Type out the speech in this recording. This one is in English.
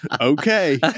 okay